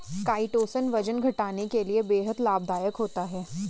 chitosan वजन घटाने के लिए बेहद लाभदायक होता है